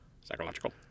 Psychological